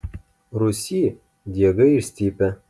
rūsy diegai išstypę